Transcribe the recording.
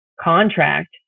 contract